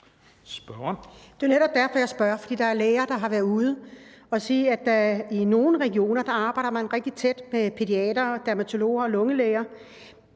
netop derfor, jeg spørger, for der er læger, der har været ude og sige, at man i nogle regioner arbejder rigtig tæt med pædiatere, dermatologer og lungelæger,